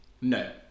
No